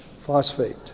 phosphate